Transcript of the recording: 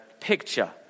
picture